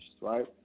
right